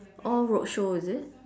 all roadshow is it